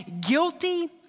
guilty